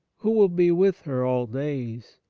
who will be with her all days,